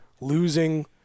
losing